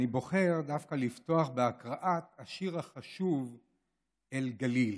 אני בוחר דווקא לפתוח בהקראת השיר החשוב "אל גליל",